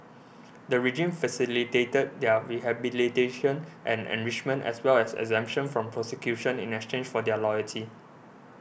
the regime facilitated their rehabilitation and enrichment as well as exemption from prosecution in exchange for their loyalty